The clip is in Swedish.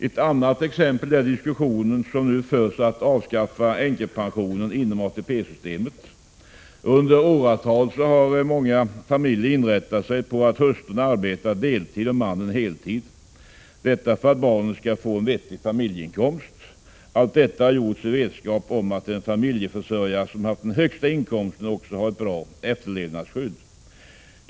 Ett annat exempel är den diskussion som nu förs om att avskaffa änkepensionen inom ATP-systemet. Under åratal har många familjer inrättat sig efter att hustrun arbetar deltid och mannen heltid — detta för att man skall få en vettig familjeinkomst. Allt detta har gjorts i vetskap om att den familjeförsörjare som har haft den högsta inkomsten också har haft ett bra efterlevandeskydd.